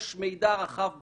יש מידע רחב ברשת.